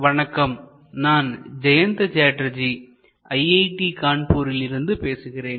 வணக்கம் நான் ஜெயந்த சாட்டர்ஜி ஐஐடி கான்பூரில் இருந்து பேசுகிறேன்